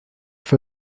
fue